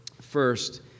First